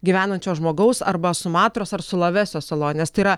gyvenančio žmogaus arba sumatros ar sulavesio saloj nes tai yra